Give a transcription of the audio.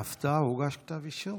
הינה, הפתעה, הוגש כתב אישום.